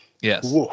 yes